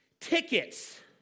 tickets